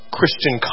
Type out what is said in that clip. Christian